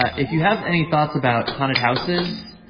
ah if you have any thoughts about haunted houses,